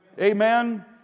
Amen